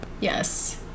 yes